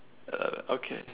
eleven okay